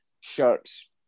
shirts